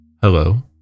Hello